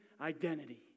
identity